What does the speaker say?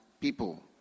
people